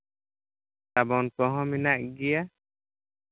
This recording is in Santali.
ᱥᱟᱵᱚᱱ ᱠᱚᱦᱚᱸ ᱢᱮᱱᱟᱜ ᱜᱮᱭᱟ